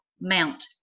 Mount